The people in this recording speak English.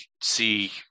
see